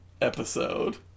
Episode